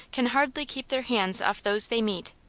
can hardly keep their hands off those they meet,